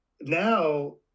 now